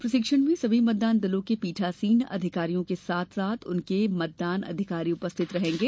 प्रशिक्षण में सभी मतदान दलों के पीठासीन अधिकारियों के साथ साथ उनके मतदान अधिकारी उपस्थित रहेंगे